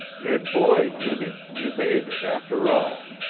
good boy, jimmie! you made it, after all!